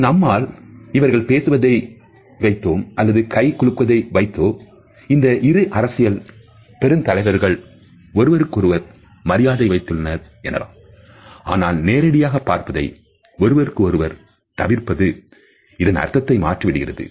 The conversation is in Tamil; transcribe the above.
இங்கு நம்மால் இவர்கள் பேசுவதை வைத்தோம் அல்லது கை குலுக்குவதை வைத்தோ இந்த இரு அரசியல் பெருந்தலைவர்கள் ஒருவருக்கு ஒருவர் மரியாதை வைத்துள்ளனர் எனலாம் ஆனால் நேரடியாக பார்ப்பதை ஒருவருக்கொருவர் தவிர்ப்பது இதன் அர்த்தத்தை மாற்றி விடுகிறது